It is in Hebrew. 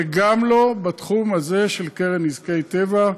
וגם לא בתחום הזה של קרן נזקי טבע.